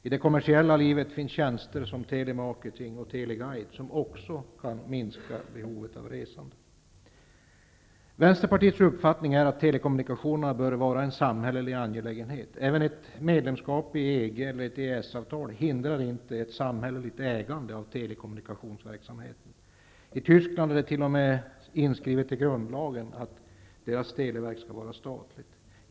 I det kommersiella livet finns det tjänster som telemarketing och teleguide som också kan göra att behovet av resandet minskar. Vi i Vänsterpartiet har uppfattningen att telekommunikationerna bör vara en samhällelig angelägenhet. Även om det blir ett svenskt medlemskap i EG eller ett EES-avtal, förhindras därmed inte ett samhälleligt ägande av telekommunikationsverksamheten. I Tyskland är det t.o.m. inskrivet i grundlagen att det tyska televerket skall vara statligt.